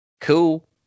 cool